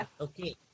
okay